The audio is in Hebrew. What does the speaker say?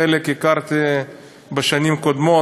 חלק הכרתי בשנים קודמות,